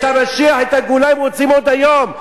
את המשיח, את הגאולה, הם רוצים עוד היום.